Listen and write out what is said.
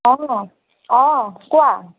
অঁ অঁ কোৱা